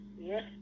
Yes